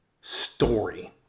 story